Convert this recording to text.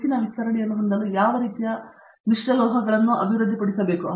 ಹೆಚ್ಚಿನ ವಿಸ್ತರಣೆಯನ್ನು ಹೊಂದಲು ಯಾವ ರೀತಿಯ ಹೊಸ ಮಿಶ್ರಲೋಹಗಳನ್ನು ಅಭಿವೃದ್ಧಿಪಡಿಸಬೇಕು